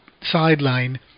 sideline